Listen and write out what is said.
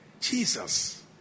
Jesus